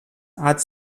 hat